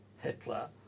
Hitler